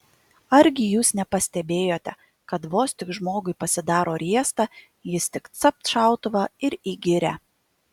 argi jūs nepastebėjote kad vos tik žmogui pasidaro riesta jis tik capt šautuvą ir į girią